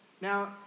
Now